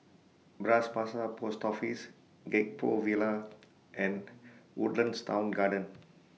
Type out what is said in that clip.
Bras Basah Post Office Gek Poh Villa and Woodlands Town Garden